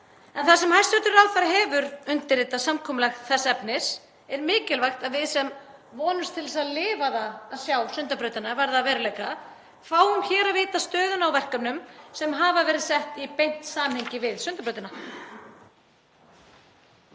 En þar sem hæstv. ráðherra hefur undirritað samkomulag þess efnis er mikilvægt að við sem vonumst til að lifa það að sjá Sundabrautina verða að veruleika fáum að vita stöðuna á verkefnum sem hafa verið sett í beint samhengi við Sundabrautina.